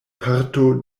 parto